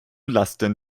lasten